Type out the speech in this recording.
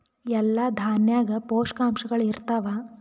ಎಲ್ಲಾ ದಾಣ್ಯಾಗ ಪೋಷಕಾಂಶಗಳು ಇರತ್ತಾವ?